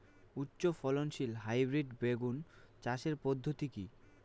উচ্চ ফলনশীল হাইব্রিড বেগুন চাষের পদ্ধতি কী?